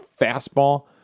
fastball